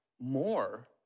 more